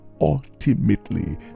ultimately